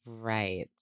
Right